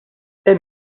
hemm